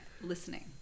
listening